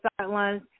sidelines